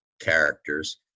characters